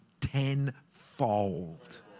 tenfold